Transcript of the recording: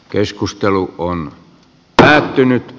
keskustelu on päättynyt